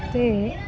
ते